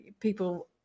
people